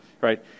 right